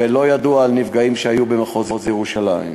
ולא ידוע על נפגעים שהיו במחוז ירושלים.